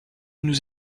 nous